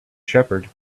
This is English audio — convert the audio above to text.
shepherd